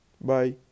Bye